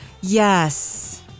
Yes